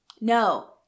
No